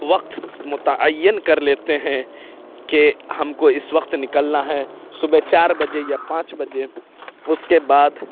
وقت متعین کر لیتے ہیں کہ ہم کو اِس وقت نکلنا ہے صُبح چار بجے یا پانچ بجے اُس کے بعد